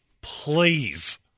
Please